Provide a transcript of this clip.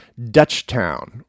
Dutchtown